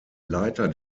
leiter